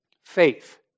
faith